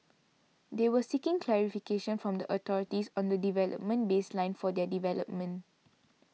they are seeking clarification from the authorities on the development baseline of their development